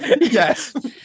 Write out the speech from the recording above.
Yes